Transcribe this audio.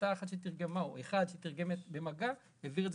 ואותה אחת או אחד שתרגמו במגע העבירו את